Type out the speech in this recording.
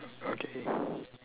okay